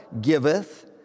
giveth